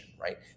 Right